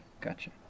gotcha